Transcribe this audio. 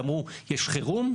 אמרו, יש חירום,